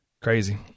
Crazy